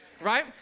right